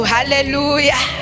Hallelujah